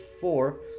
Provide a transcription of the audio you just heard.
four